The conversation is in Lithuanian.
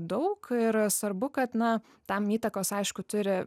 daug ir svarbu kad na tam įtakos aišku turi